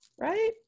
right